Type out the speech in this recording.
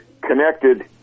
connected